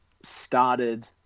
started